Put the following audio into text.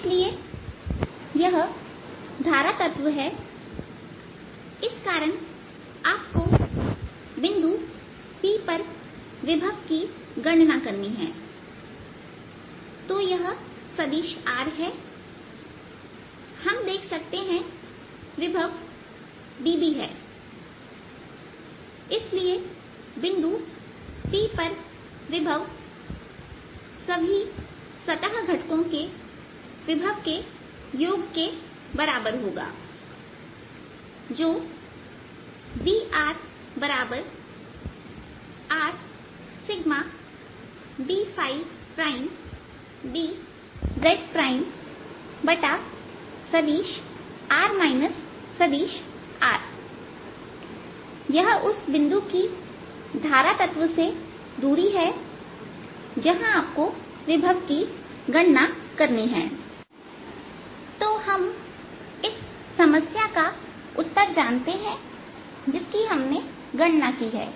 इसलिए यह धारा तत्व है इस कारण आपको बिंदु P पर विभव की गणना करनी है तो यह सदिश r है हम देख सकते हैं विभव db है इसलिए बिंदु P पर विभव सभी सतह घटको के विभव के योग के बराबर होगा जो vσRd dzसदिश r सदिश R यह उस बिंदु की धारा तत्व से दूरी है जहां आपको विभव की गणना करनी है तो हम इस समस्या का उत्तर जानते हैं जिसकी हमने गणना की है